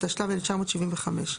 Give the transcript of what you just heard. התשל"ו-1975".